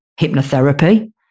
hypnotherapy